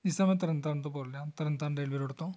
ਜੀ ਸਰ ਮੈਂ ਤਰਨਤਾਰਨ ਤੋਂ ਬੋਲ ਰਿਹਾਂ ਤਰਨਤਾਰਨ ਰੇਲਵੇ ਰੋਡ ਤੋਂ